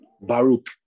baruch